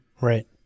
Right